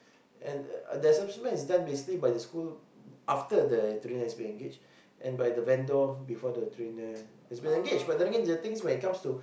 and uh the assessment is done basically by the school after the trainer has been engaged and by the vendor before the trainer has been engaged but then again the thing is when it comes to